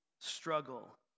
struggle